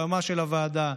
יועמ"ש הוועדה,